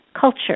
culture